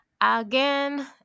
again